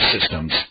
systems